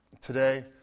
Today